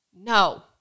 no